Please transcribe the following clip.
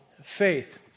faith